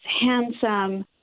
handsome